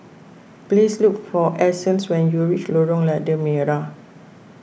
please look for Essence when you reach Lorong Lada Merah